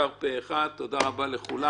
הצבעה בעד, פה אחד נגד, אין נמנעים,